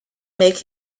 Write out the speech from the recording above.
make